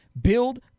Build